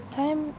time